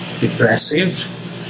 depressive